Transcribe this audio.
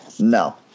No